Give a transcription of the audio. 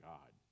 God